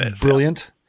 brilliant